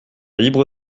libre